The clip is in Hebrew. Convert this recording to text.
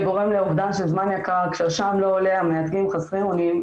זה גורם לאבדן של זמן יקר כשהשע"ם לא עולה המייצגים חסרי אונים,